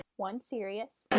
one serious.